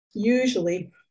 Usually